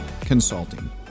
Consulting